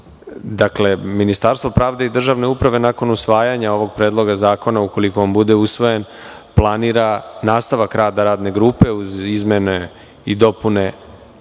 Ministarstvo pravde i državne uprave nakon usvajanja ovog predloga zakona, ukoliko on bude usvojen, planira nastavak rada radne grupe koji uz izmene i dopune